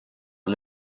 are